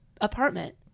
apartment